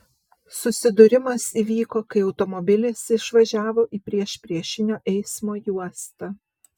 susidūrimas įvyko kai automobilis išvažiavo į priešpriešinio eismo juostą